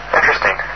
Interesting